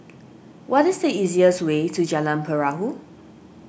what is the easiest way to Jalan Perahu